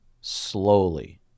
slowly